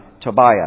Tobiah